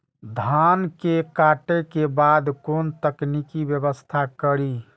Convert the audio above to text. धान के काटे के बाद कोन तकनीकी व्यवस्था करी?